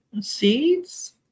Seeds